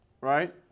right